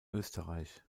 österreich